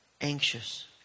anxious